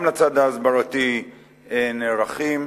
גם לצד ההסברתי נערכים,